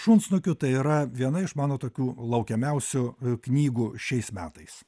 šunsnukių tai yra viena iš mano tokių laukiamiausių knygų šiais metais